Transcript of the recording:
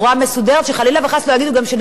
שחלילה וחס לא יגידו גם שנפלו טעויות.